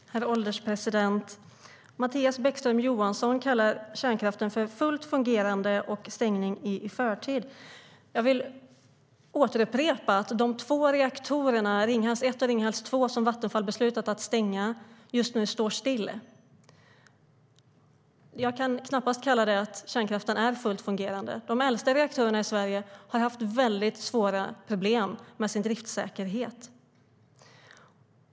Herr ålderspresident! Mattias Bäckström Johansson säger att kärnkraften är fullt fungerande och talar om stängning i förtid. Jag vill upprepa att de två reaktorerna Ringhals 1 och Ringhals 2, som Vattenfall beslutat att stänga, just nu står stilla. Det kan knappast kallas för att kärnkraften är fullt fungerande. De äldsta reaktorerna i Sverige har haft mycket svåra problem med sin driftssäkerhet.